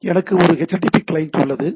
எனக்கு ஒரு http client உள்ளது